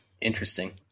interesting